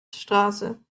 straße